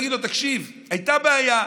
נגיד לו: תקשיב, הייתה בעיה,